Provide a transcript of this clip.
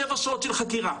שבע שעות של חקירה.